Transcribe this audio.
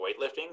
weightlifting